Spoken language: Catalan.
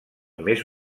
més